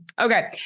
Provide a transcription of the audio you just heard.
Okay